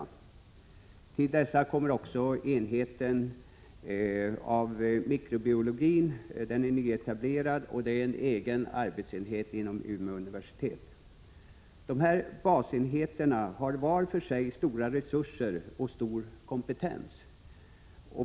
Därtill kommer enheten för mikrobiologi, som är en nyetablerad och egen arbetsenhet inom Umeå universitet. Dessa basenheter har var för sig stora resurser och stor kompetens.